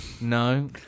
no